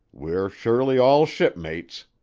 we're surely all shipmates,